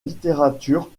littérature